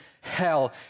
hell